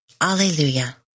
Alleluia